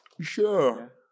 Sure